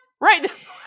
Right